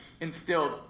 instilled